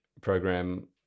program